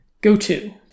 go-to